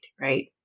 right